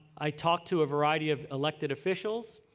i talked to a variety of elected officials,